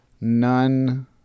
none